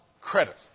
credit